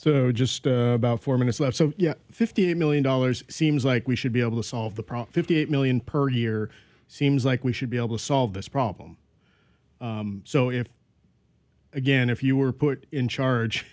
so just about four minutes left so yeah fifty million dollars seems like we should be able to solve the problem fifty eight million per year seems like we should be able to solve this problem so if again if you were put in charge